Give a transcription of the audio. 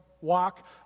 walk